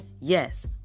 yes